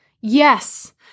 Yes